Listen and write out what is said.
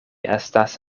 estas